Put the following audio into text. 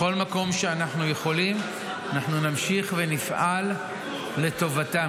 בכל מקום שאנחנו יכולים אנחנו נמשיך ונפעל לטובתם,